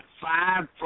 five